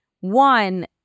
one